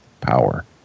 power